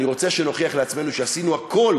אני רוצה שנוכיח לעצמנו שעשינו הכול